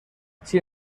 sin